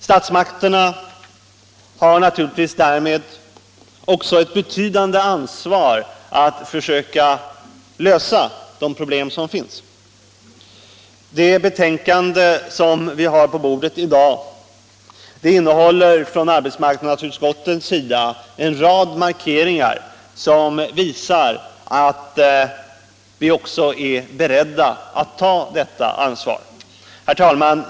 Statsmakterna har naturligtvis ett betydande ansvar för att försöka lösa de problem som finns. Det betänkande som vi har på bordet i dag innehåller en rad markeringar av arbetsmarknadsutskottet som visar att vi också är beredda att ta detta ansvar. Herr talman!